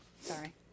Sorry